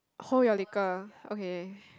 hold your liquor okay